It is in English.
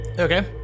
okay